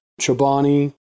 Chobani